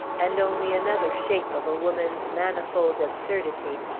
and only another shape of a woman's manifold absurdity,